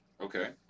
okay